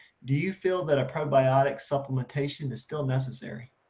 do you feel that a probiotic supplementation is still necessary?